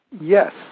Yes